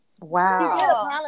Wow